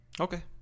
Okay